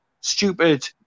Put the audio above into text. stupid